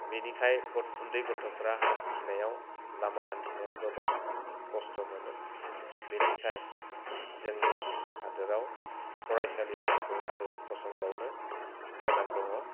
बिनिखाय उन्दै गथ'फ्रा हान्थिनायाव लामा हान्थिनायाव गोबां खस्थ' मोनो बिनिखाय जोंनि हादराव फराइसालिफोरखौ आरो फसंबावनो गोनां दङ